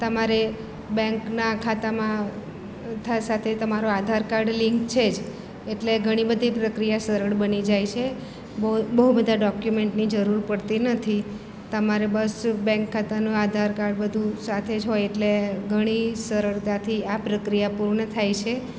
તમારે બેન્કના ખાતામાં થા સાથે તમારો આધાર કાર્ડ લિન્ક છે જ એટલે ઘણી બધી પ્રક્રિયા સરળ બની જાય છે બહુ બહુ બધા ડોક્યુમેન્ટની જરૂર પડતી નથી તમારે બસ બેન્ક ખાતાનો આધાર કાર્ડ બધું સાથે જ હોય એટલે ઘણી સરળતાથી આ પ્રક્રિયા પૂર્ણ થાય છે